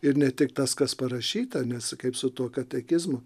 ir ne tik tas kas parašyta nes kaip su tuo katekizmu